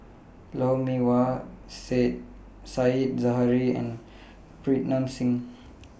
Lou Mee Wah Said Zahari and Pritam Singh